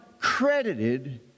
credited